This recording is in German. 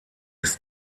ist